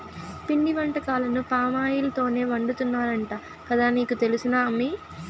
పిండి వంటకాలను పామాయిల్ తోనే వండుతున్నారంట కదా నీకు తెలుసునా అమ్మీ